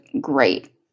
great